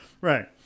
Right